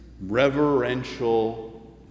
reverential